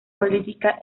política